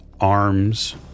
arms